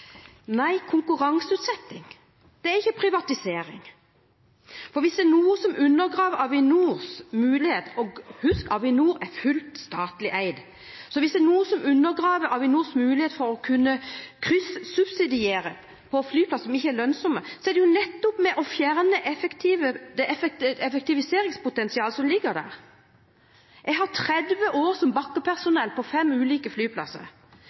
Nei, konkurranseutsetting er ikke privatisering. Hvis det er noe som undergraver Avinors mulighet til – og husk at Avinor er fullt ut statlig eid – å kunne kryssubsidiere flyplasser som ikke er lønnsomme, er det nettopp å fjerne det effektiviseringspotensialet som ligger der. Jeg har 30 år som bakkepersonell på fem ulike flyplasser.